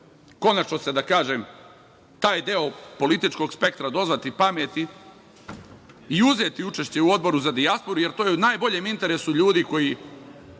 konačno, da kažem, taj deo političkog spektra dozvati pameti i uzeti učešće u Odboru za dijasporu, jer to je u najboljem interesu ljudi koji